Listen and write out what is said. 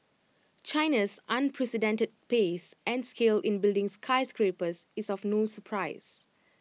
China's unprecedented pace and scale in building skyscrapers is of no surprise